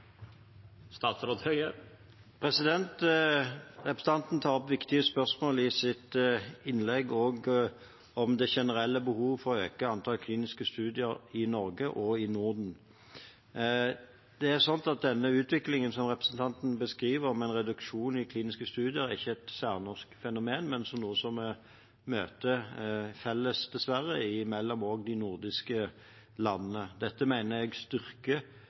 Representanten tar opp viktige spørsmål i sitt innlegg, også om det generelle behovet for å øke antallet kliniske studier i Norge og Norden. Den utviklingen som representanten beskriver, om en reduksjon av kliniske studier, er ikke et særnorsk fenomen, men er noe som vi dessverre møter i alle de nordiske landene. Det mener jeg styrker